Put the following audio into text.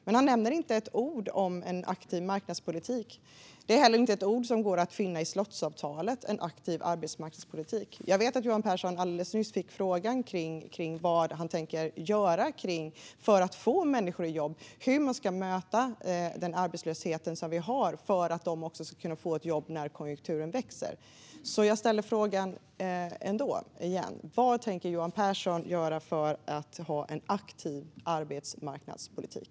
Men han nämner inte ett ord om en aktiv arbetsmarknadspolitik. Det är heller inte något som går att finna i slottsavtalet. Jag vet att Johan Pehrson alldeles nyss fick frågan om vad han tänker göra för att få människor i jobb och hur man ska möta den arbetslöshet som vi har för att de också ska kunna få ett jobb när konjunkturen växer. Jag ställer frågan igen: Vad tänker Johan Pehrson göra för att ha en aktiv arbetsmarknadspolitik?